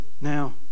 now